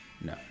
No